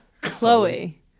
Chloe